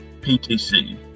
ptc